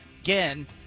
again